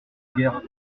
guerre